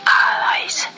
allies